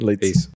peace